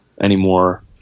anymore